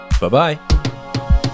Bye-bye